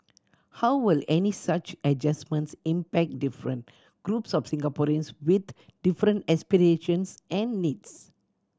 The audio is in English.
how will any such adjustments impact different groups of Singaporeans with different aspirations and needs